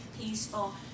peaceful